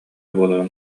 буоларын